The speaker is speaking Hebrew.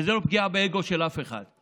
וזה לא פגיעה באגו של אף אחד.